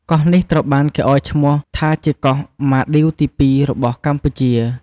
កោះនេះត្រូវបានគេឲ្យឈ្មោះថាជាកោះម៉ាឌីវទី ២ របស់កម្ពុជា។